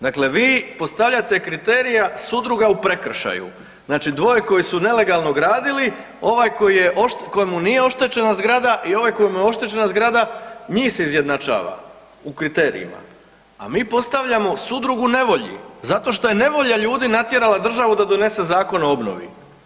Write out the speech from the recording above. Dakle, vi postavljate kriterije sudruga u prekršaju, znači dvoje koji su nelegalno gradili ovaj kojemu nije oštećena zgrada i ovaj kojemu je oštećena zgrada njih se izjednačava u kriterijima, a mi postavljamo sudrugu nevolji, zato što je nevolja ljudi natjerala državu da donese Zakon o obnovi.